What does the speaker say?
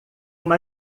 uma